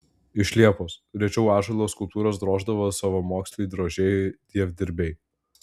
iš liepos rečiau ąžuolo skulptūras droždavo savamoksliai drožėjai dievdirbiai